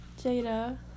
Jada